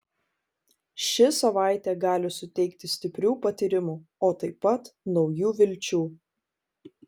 ši savaitė gali suteikti stiprių patyrimų o taip pat naujų vilčių